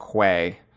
quay